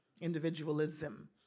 Individualism